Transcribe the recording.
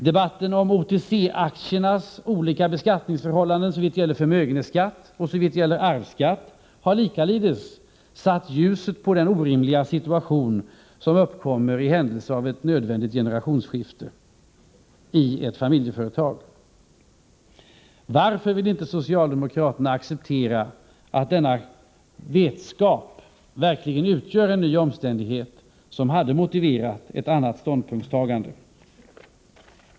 Debatten om OTC-aktiernas olika beskattning såvitt gäller förmögenhetsskatt och arvsskatt har likaledes satt ljuset på den orimliga situation som i ett familjeföretag uppkommer i händelse av ett nödvändigt generationsskifte. Varför vill inte socialdemokraterna acceptera att denna vetskap verkligen utgör en ny omständighet, som hade motiverat ett annat ståndpunktstagande?